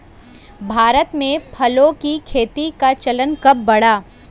भारत में फलों की खेती का चलन कब बढ़ा?